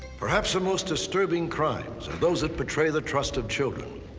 perhaps, the most disturbing crimes are those that betray the trust of children.